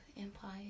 Empire